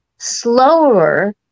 slower